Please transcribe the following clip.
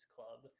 Club